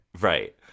Right